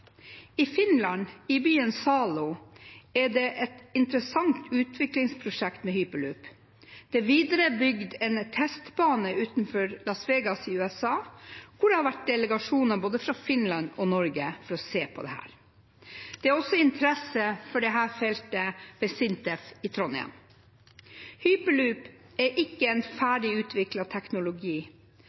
I Finland, i byen Salo, er det et interessant utviklingsprosjekt med hyperloop. Det er videre bygget en testbane utenfor Las Vegas i USA, hvor det har vært delegasjoner fra både Finland og Norge for å se på dette. Det er også interesse for dette feltet ved SINTEF i Trondheim. Hyperloop er ikke en ferdigutviklet teknologi,